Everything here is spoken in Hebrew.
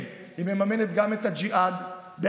כן, היא מממנת גם את הג'יהאד בעזה,